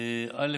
א.